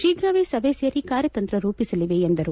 ಶೀಘ್ರವೇ ಸಭಿ ಸೇರಿ ಕಾರ್ಯತಂತ್ರ ರೂಪಿಸಲಿವೆ ಎಂದರು